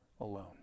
alone